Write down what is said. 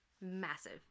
Massive